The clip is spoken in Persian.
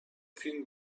فیلم